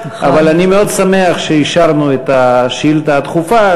אבל אני מאוד שמח שאישרנו את השאילתה הדחופה,